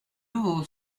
nouveau